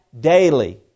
daily